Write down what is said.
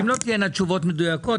אם לא תהיינה תשובות מדויקות,